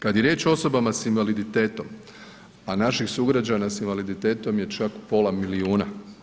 Kada je riječ o osobama sa invaliditetom a naših sugrađana sa invaliditetom je čak pola milijuna.